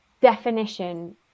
definition